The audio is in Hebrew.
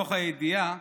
מתוך הידיעה